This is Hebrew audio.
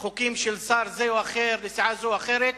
חוקים של שר זה או אחר או לסיעה זו או אחרת,